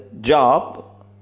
job